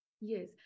Yes